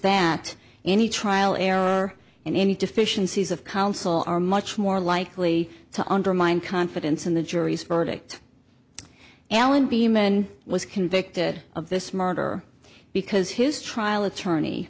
that any trial error in any deficiencies of counsel are much more likely to undermine confidence in the jury's verdict alan beeman was convicted of this murder because his trial attorney